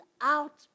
out